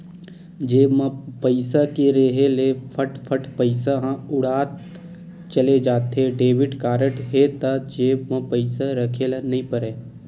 जेब म पइसा के रेहे ले फट फट पइसा ह उठत चले जाथे, डेबिट कारड हे त जेब म पइसा राखे ल नइ परय